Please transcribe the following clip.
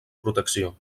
protecció